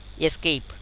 escape